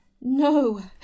No